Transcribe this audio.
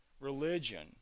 religion